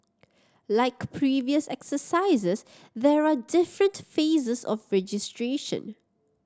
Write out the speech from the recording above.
like previous exercises there are different phases of registration